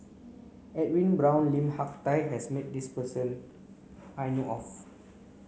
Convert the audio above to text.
Edwin Brown Lim Hak Tai has met this person I know of